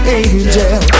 angel